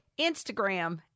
Instagram